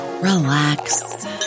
relax